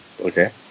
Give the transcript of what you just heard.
Okay